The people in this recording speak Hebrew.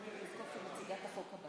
חוק הארכת תקופות (הוראת שעה,